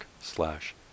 slash